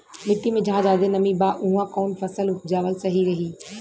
मिट्टी मे जहा जादे नमी बा उहवा कौन फसल उपजावल सही रही?